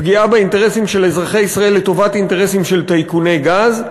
פגיעה באינטרסים של אזרחי ישראל לטובת אינטרסים של טייקוני גז.